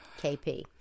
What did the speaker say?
KP